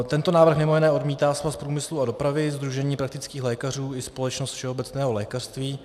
Tento návrh mimo jiné odmítá Svaz průmyslu a dopravy, Sdružení praktických lékařů i Společnost všeobecného lékařství.